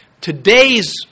Today's